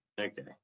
Okay